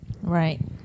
Right